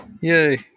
Yay